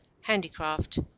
handicraft